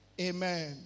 Amen